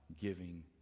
giving